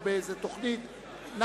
הוא בתוכנית כלשהי,